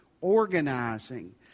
organizing